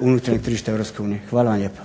unutarnjeg tržišta EU. Hvala vam lijepa.